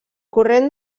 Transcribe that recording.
corrent